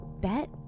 bet